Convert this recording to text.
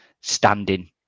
standing